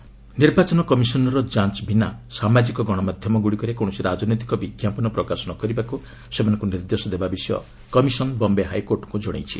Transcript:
EC social media ନିର୍ବାଚନ commission ର ଯାଞ୍ଚ ବିନା ସାମାଜିକ ଗଣମାଧ୍ୟମଗୁଡ଼ିକରେ କୌଣସି ରାଜନୈତିକ ବିଜ୍ଞାପନ ପ୍ରକାଶ ନକରିବାକୁ ସେମାନଙ୍କୁ ନିର୍ଦ୍ଦେଶ ଦେବା ବିଷୟ କମିଶନ୍ ବମ୍ଭେ ହାଇକୋର୍ଟଙ୍କୁ ଜଣାଇଛି